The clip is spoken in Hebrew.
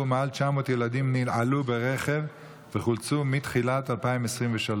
ומעל 900 ילדים ננעלו ברכב וחולצו מתחילת 2023,